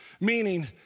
Meaning